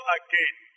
again